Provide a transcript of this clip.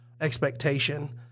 expectation